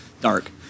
dark